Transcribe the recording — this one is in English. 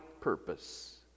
purpose